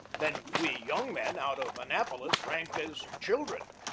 then we young men out of annapolis ranked as children.